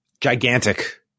gigantic